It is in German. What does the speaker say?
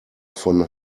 von